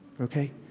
okay